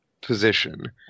position